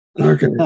Okay